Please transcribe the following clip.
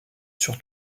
sur